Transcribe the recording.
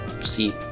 see